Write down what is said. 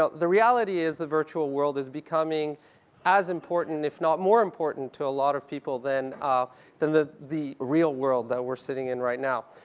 ah the reality is the virtual world is becoming as important, if not more important, to a lot of people than ah than the the real world that we're sitting in right now.